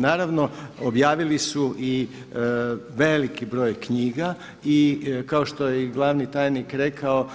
Naravno objavili su i veliki broj knjiga i kao što je i glavni tajnik rekao